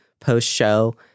post-show